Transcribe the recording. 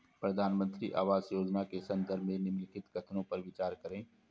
प्रधानमंत्री आवास योजना के संदर्भ में निम्नलिखित कथनों पर विचार करें?